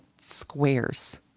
squares